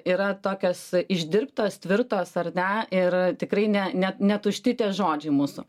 yra tokios išdirbtos tvirtos ar ne ir tikrai ne ne ne tušti tie žodžiai mūsų